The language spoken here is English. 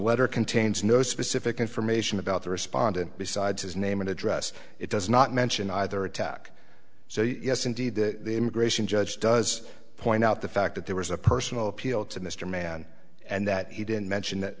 letter contains no specific information about the respondent besides his name and address it does not mention either attack so yes indeed the immigration judge does point out the fact that there was a personal appeal to mr mann and that he didn't mention that